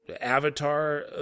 Avatar